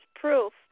proof